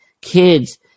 kids